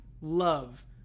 love